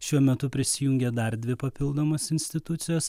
šiuo metu prisijungė dar dvi papildomos institucijos